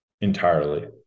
entirely